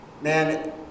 Man